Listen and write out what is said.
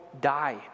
die